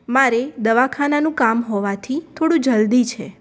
મારે દવાખાનાનું કામ હોવાથી થોડું જલદી છે